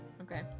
Okay